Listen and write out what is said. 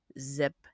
Zip